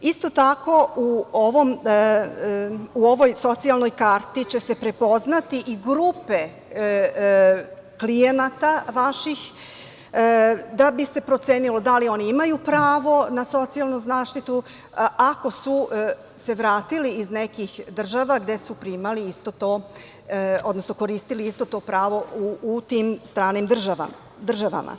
Isto tako, u ovoj Socijalnoj karti će se prepoznati i grupe vaših klijenata da bi se procenilo da li oni imaju pravo na socijalnu zaštitu ako su se vratili iz nekih država gde su koristili isto to pravo u tim stranim državama.